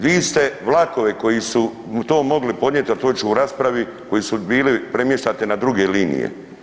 Vi ste vlakove koji su to mogli podnijeti, a to ću u raspravi, koji su bili premještate na druge linije.